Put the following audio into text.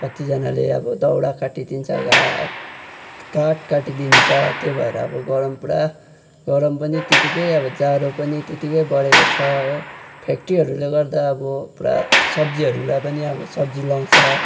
कतिजानाले अब दाउरा काटिदिन्छ घाँस काट काटिदिन्छ त्यो भएर अब गरम पुरा गरम पनि त्यतिकै अब जाडो पनि त्यतिकै बढेको छ हो फेक्ट्रीहरूले गर्दा अब पुरा सब्जीहरूलाई पनि सब्जी लगाउँछ